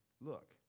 look